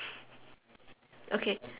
okay